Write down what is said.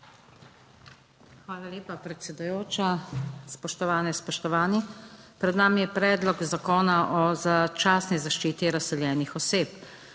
Hvala lepa predsedujoča, spoštovane, spoštovani! Pred nami je predlog zakona o začasni zaščiti razseljenih oseb.